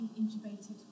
intubated